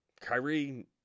Kyrie